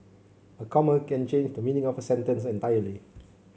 a comma can change the meaning of a sentence entirely